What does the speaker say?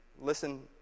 listen